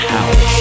House